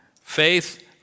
Faith